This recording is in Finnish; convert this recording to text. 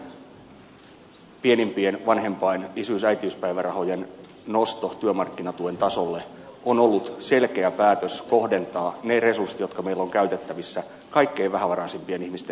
samoin pienimpien vanhempain isyys äitiyspäivärahojen nosto työmarkkinatuen tasolle on ollut selkeä päätös kohdentaa ne resurssit jotka meillä on käytettävissä kaikkein vähävaraisimpien ihmisten elämäntilanteeseen